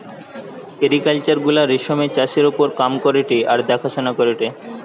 sericulture গুলা রেশমের চাষের ওপর কাম করেটে আর দেখাশোনা করেটে